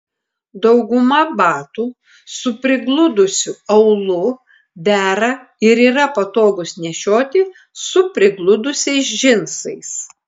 dauguma batų su prigludusiu aulu dera ir yra patogūs nešioti su prigludusiais džinsais